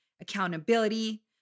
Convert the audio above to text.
accountability